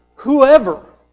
Whoever